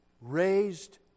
raised